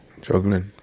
Juggling